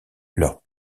leur